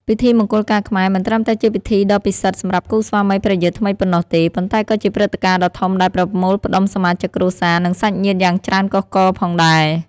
ពិធីមង្គលការខ្មែរ មិនត្រឹមតែជាពិធីដ៏ពិសិដ្ឋសម្រាប់គូស្វាមីភរិយាថ្មីប៉ុណ្ណោះទេ ប៉ុន្តែក៏ជាព្រឹត្តិការណ៍ដ៏ធំដែលប្រមូលផ្តុំសមាជិកគ្រួសារ និងសាច់ញាតិយ៉ាងច្រើនកុះករផងដែរ។